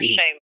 Shame